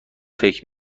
فکر